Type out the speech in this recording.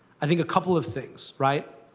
i think a couple of things, right.